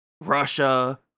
Russia